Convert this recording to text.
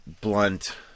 blunt